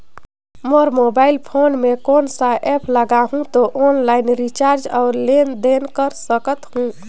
मोर mobile phone मे कोन सा एप्प लगा हूं तो ऑनलाइन रिचार्ज और लेन देन कर सकत हू?